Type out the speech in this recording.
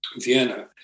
Vienna